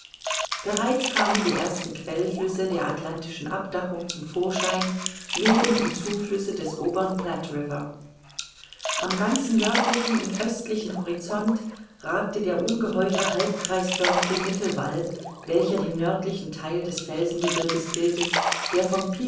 bereits kamen die ersten quellflüsse der atlantischen abdachung zum vorschein neben und zuflüsse des obern platte river am ganzen nördlichen und östlichen horizont ragte der ungeheure halbkreisförmige mittelwall welcher den nördlichen theil des felsengebirges bildet der vom